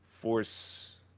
Force